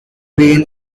pain